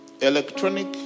electronic